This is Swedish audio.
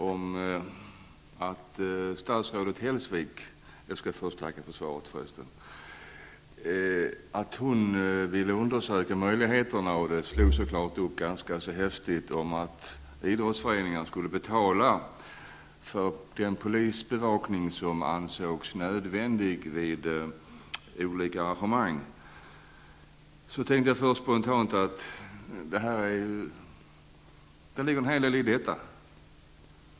När jag läste i pressen om att statsrådet Hellsvik ville undersöka möjligheterna att idrottsföreningarna skulle betala för den polisbevakning som ansågs nödvändig vid olika arrangemang -- detta slogs naturligtvis upp ganska stort -- var min första, spontana reaktion att det ligger en hel del i detta.